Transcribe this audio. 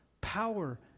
Power